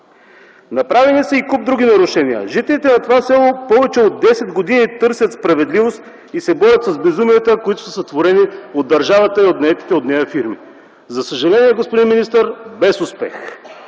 Направени са и куп други нарушения. Жителите на това село повече от 10 години търсят справедливост и се борят с безумията, които са сътворени от държавата и от наетите от нея фирми. За съжаление, господин министър, без успех.